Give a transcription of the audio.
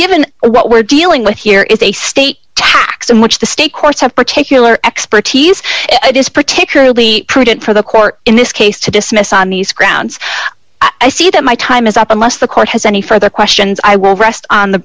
given what we're dealing with here is a state tax in which the state courts have particular expertise it is particularly prudent for the court in this case to dismiss on these grounds i see that my time is up unless the court has any further questions i will rest on the